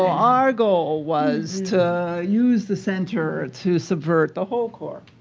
our goal was to use the center to subvert the whole core.